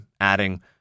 adding